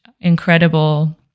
incredible